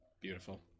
Beautiful